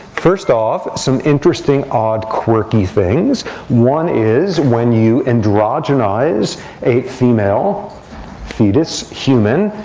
first off, some interesting, odd, quirky things one is when you androgenize a female fetus human,